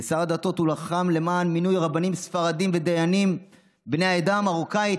כשר הדתות הוא לחם למען מינוי רבנים ספרדיים ודיינים בני העדה המרוקאית,